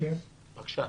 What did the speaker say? בבקשה,